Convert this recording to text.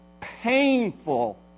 painful